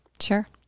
Sure